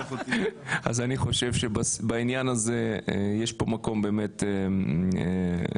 אני חושב שבעניין הזה יש פה מקום באמת להתחשב